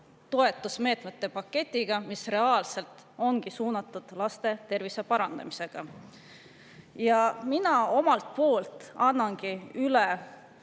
toetusmeetmete paketiga, mis reaalselt on suunatud laste tervise parandamisele. Ja ma annangi üle